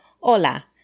hola